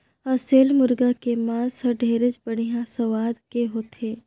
असेल मुरगा के मांस हर ढेरे बड़िहा सुवाद के होथे